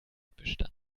bestand